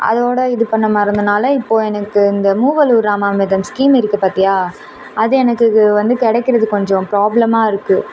அதோடு இது பண்ண மறந்ததினால இப்போது எனக்கு இந்த மூவலூர் இராமாமிர்தம் ஸ்கீம் இருக்குது பார்த்தியா அது எனக்கு வந்து கிடைக்கிறது கொஞ்சம் ப்ராப்ளமாக இருக்குது